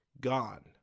gone